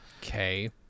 Okay